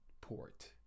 port